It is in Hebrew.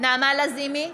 נעמה לזימי,